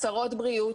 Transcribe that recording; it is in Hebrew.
הצהרות בריאות,